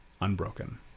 unbroken